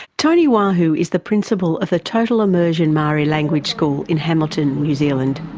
toni waho is the principal of the total immersion maori language school in hamilton, new zealand.